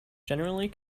generally